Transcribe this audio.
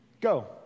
Go